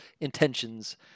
intentions